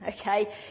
okay